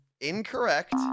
incorrect